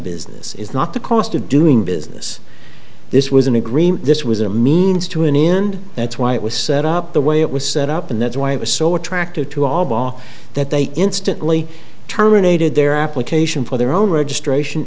business is not the cost of doing business this was an agreement this was a means to an end that's why it was set up the way it was set up and that's why it was so attractive to all bar that they instantly terminated their application for their own registration